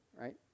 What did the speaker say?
right